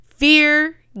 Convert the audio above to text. fear